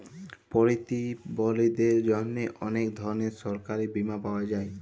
পরতিবলধীদের জ্যনহে অলেক ধরলের সরকারি বীমা পাওয়া যায়